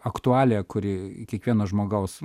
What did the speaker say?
aktualija kuri kiekvieno žmogaus